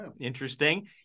Interesting